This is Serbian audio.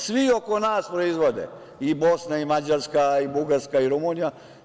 Svi oko nas proizvode, i Bosna, i Mađarska, i Bugarska, i Rumunija.